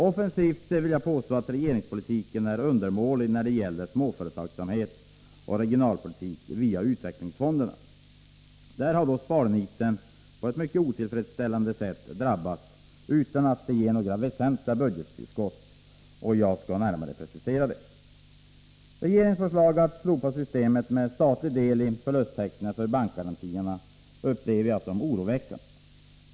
Jag vill påstå att regeringspolitiken offensivt är undermålig när det gäller småföretagsamhet och regionalpolitik via utvecklingsfonderna. Där har sparnitet på ett mycket otillfredsställande sätt drabbat dessa områden utan att det ger några väsentliga budgettillskott. Jag skall närmare precisera detta. Regeringens förslag att slopa systemet med statlig del i förlusttäckning för bankgarantierna upplever jag som oroväckande.